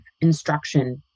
instruction